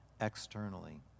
externally